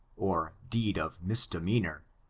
or deed of misdemeanor,